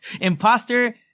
imposter